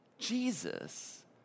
Jesus